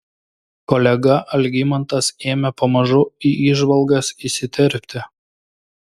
kolega algimantas ėmė pamažu į įžvalgas įsiterpti